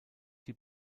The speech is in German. die